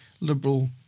liberal